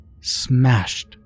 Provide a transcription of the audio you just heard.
smashed